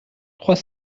trois